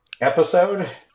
episode